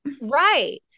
Right